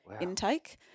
intake